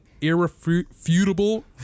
irrefutable